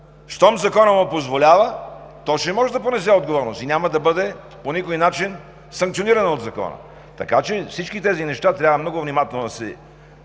щом Законът му позволява, то ще може да понесе отговорност и няма да бъде по никакъв начин санкционирано от Закона. Така че всички тези неща трябва много внимателно да се